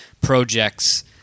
projects